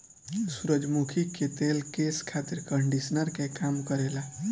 सूरजमुखी के तेल केस खातिर कंडिशनर के काम करेला